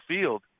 field